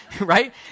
Right